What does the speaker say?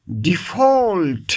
default